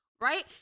right